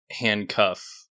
handcuff